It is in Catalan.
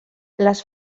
les